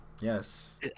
Yes